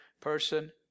person